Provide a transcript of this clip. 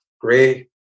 gray